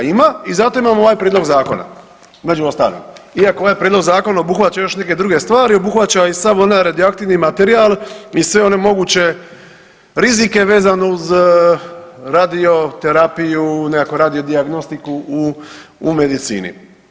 Ima i zato imamo ovaj prijedlog zakona… [[Govornik se ne razumije]] stari iako ovaj prijedlog zakona obuhvaća još neke druge stvari obuhvaća i sav onaj radioaktivni materijal i sve one moguće rizike vezano uz radioterapiju, nekakvu radio dijagnostiku u, u medicini.